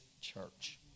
church